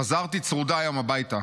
חזרתי צרודה היום הביתה.